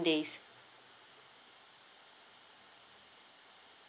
days